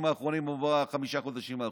האחרונים או בחמשת החודשים האחרונים.